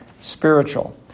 spiritual